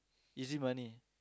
easy money